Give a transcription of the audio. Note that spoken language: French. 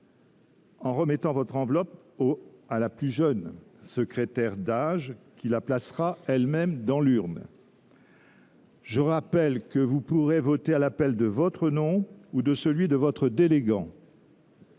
en remettant votre enveloppe à la plus jeune secrétaire d’âge, qui la placera dans l’urne. Je vous rappelle que vous pourrez voter à l’appel de votre nom ou de celui de votre délégant.